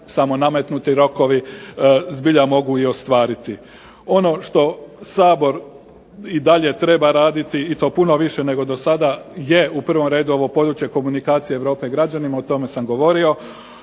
samo nametnuti rokovi zbilja mogu i ostvariti. Ono što Sabor i dalje treba raditi i to puno više nego dosada je u prvom redu ovo područje komunikacije Europe građanima, o tome sam govorio,